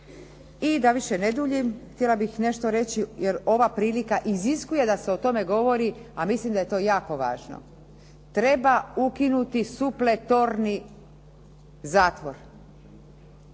I da više ne duljim, htjela bih nešto reći jer ova prilika iziskuje da se o tome govori, a mislim da je to jako važno. Treba ukinuti supletorni zatvor.